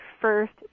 first